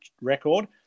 record